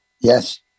Yes